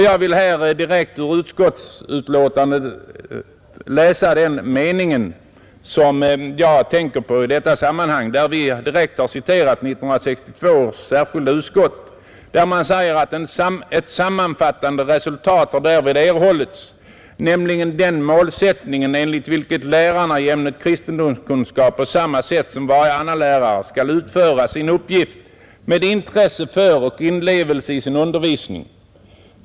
Jag vill direkt ur utskottsutlåtandet läsa de meningar som jag tänker på i detta sammanhang och där vi har citerat 1962 års särskilda utskott: ”Ett sammanfattande resultat har därvid erhållits, nämligen den målsättning enligt vilken lärarna i ämnet kristendomskunskap på samma sätt som varje annan lärare skall utföra sin uppgift med intresse för och inlevelse i sin undervisning.